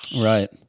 right